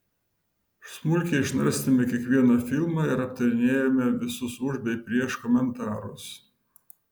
smulkiai išnarstėme kiekvieną filmą ir aptarinėjome visus už bei prieš komentarus